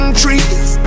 trees